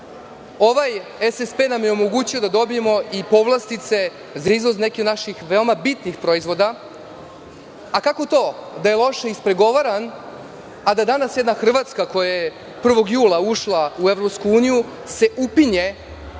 SSP nam je omogućio da dobijemo povlastice za izvoz nekih naših veoma bitnih proizvoda. Kako to da je loše ispregovaran, a da danas jedna Hrvatska, koja je 1. jula ušla u EU, se upinje